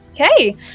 Okay